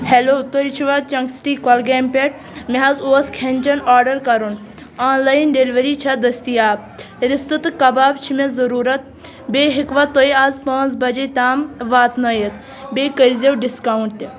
hello تُہۍ چھُوا چَنٛک سٹی کۄلگامہِ پٮ۪ٹھ مےٚ حظ اوس کھیٚن چیٚن آرڈر کَرُن آنلاین ڈیٚلؤری چھا دستیاب رستہٕ تہٕ کباب چھِ مےٚ ضروٗرت بیٚیہِ ہیٚکوا تُہۍ آز پانٛژھ بجے تام واتنٲیِتھ بیٚیہِ کٔرۍ زیٛو ڈِسکاوُنٛٹ تہِ